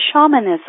shamanism